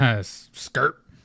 Skirt